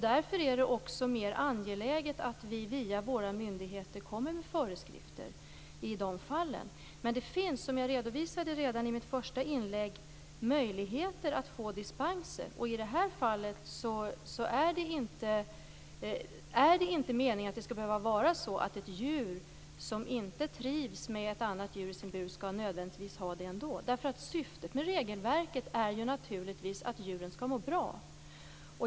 Därför är det också mer angeläget att vi via våra myndigheter kommer med föreskrifter i de fallen. Som jag redovisade redan i mitt första inlägg finns det möjligheter att få dispenser. Det är inte meningen att ett djur som inte trivs med att ha ett annat djur i sin bur nödvändigtvis skall behöva ha det ändå. Syftet med regelverket är naturligtvis att djuren skall må bra.